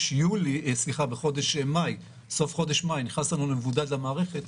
שאם בסוף חודש מאי נכנס לנו מבודד למערכת,